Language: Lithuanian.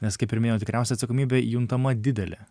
nes kaip ir minėjau tikriausiai atsakomybė juntama didelė